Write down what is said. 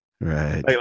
Right